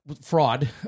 fraud